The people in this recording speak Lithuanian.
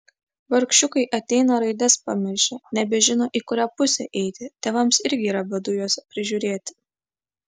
vargšiukai ateina raides pamiršę nebežino į kurią pusę eiti tėvams irgi yra bėdų juos prižiūrėti